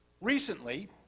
Recently